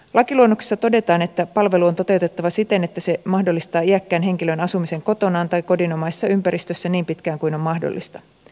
lakiluonnoksessa todetaan että palvelu on toteutettava siten että se mahdollistaa iäkkään henkilön asumisen kotonaan tai kodinomaisessa ympäristössä niin pitkään kuin on mahdollista